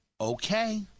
Okay